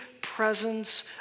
presence